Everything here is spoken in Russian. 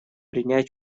принять